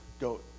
Go